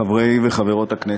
חברי וחברות הכנסת,